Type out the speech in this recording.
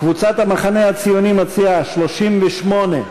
קבוצת המחנה הציוני מציעה, 38,